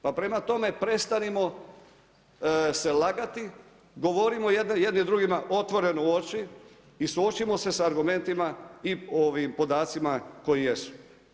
Pa prema tome, prestanimo se lagati, govorimo jedni drugima otvoreno u oči i suočimo se sa argumentima i podacima koji jesu.